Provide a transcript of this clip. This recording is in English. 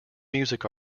music